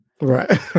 Right